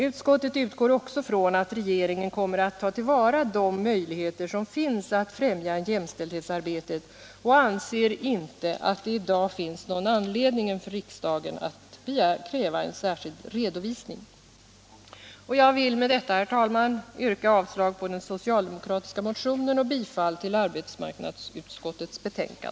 Utskottet utgår också från att regeringen kommer att ta till vara de möjligheter som finns att följa jämställdhetsarbetet och anser inte att det i dag finns någon anledning för riksdagen att kräva en särskild redovisning. Herr talman! Jag vill med detta yrka avslag på den socialdemokratiska reservationen och bifall till arbetsmarknadsutskottets hemställan.